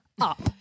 up